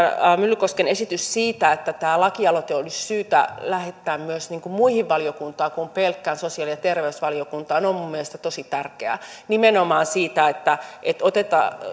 myllykosken esitys siitä että tämä lakialoite olisi syytä lähettää myös muihin valiokuntiin kuin pelkkään sosiaali ja terveysvaliokuntaan on minun mielestäni tosi tärkeä nimenomaan siksi että